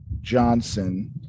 Johnson